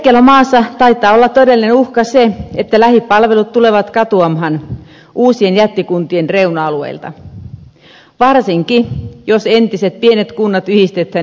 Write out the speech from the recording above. kaikkialla maassa taitaa olla todellinen uhka se että lähipalvelut tulevat katoamaan uusien jättikuntien reuna alueilta varsinkin jos entiset pienet kunnat yhdistetään yhteen suureen